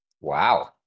Wow